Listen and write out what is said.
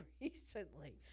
recently